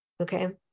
Okay